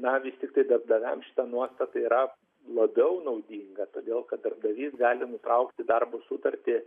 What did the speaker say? na vis tiktai darbdaviams šita nuostata yra labiau naudinga todėl kad darbdavys gali nutraukti darbo sutartį